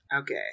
Okay